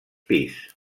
pis